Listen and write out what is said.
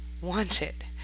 wanted